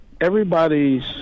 everybody's